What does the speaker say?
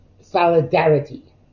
solidarity